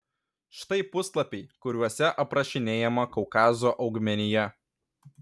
štai puslapiai kuriuose aprašinėjama kaukazo augmenija